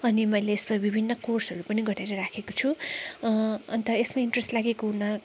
अनि मैले यसमा विभिन्न कोर्सहरू पनि गरेर राखेको छु अन्त यसमा इन्ट्रेस लागेको हुना